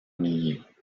milliers